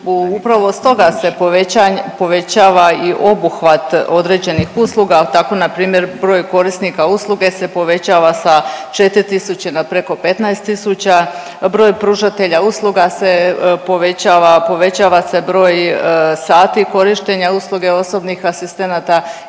upravo stoga se povećava i obuhvat određenih usluga, tako npr. broj korisnika usluge se povećava sa 4 tisuće na preko 15 tisuća, broj pružatelja usluge se povećava, povećava se broj sati korištenja usluge osobnih asistenata.